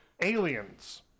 Aliens